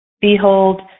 behold